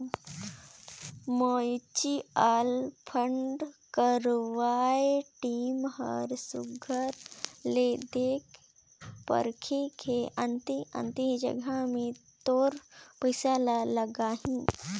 mutual fund करवइया team ह सुग्घर ले देख परेख के अन्ते अन्ते जगहा में तोर पइसा ल लगाहीं